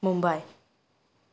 Mumbai